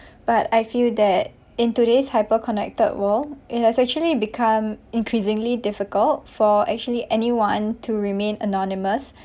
but I feel that in today's hyperconnected world it has actually become increasingly difficult for actually anyone to remain anonymous